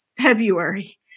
February